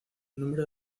número